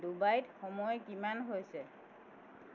ডুবাইত সময় কিমান হৈছে